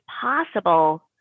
possible